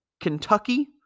Kentucky